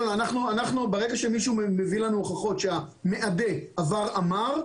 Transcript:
ברגע שמישהו מביא לנו הוכחות שהמאדה עבר אמ"ר,